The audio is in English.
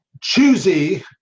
choosy